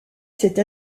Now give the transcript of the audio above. cette